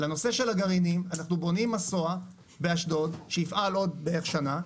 לנושא של הגרעינים אנחנו בונים מסוע באשדוד שיפעל בערך בעוד שנה,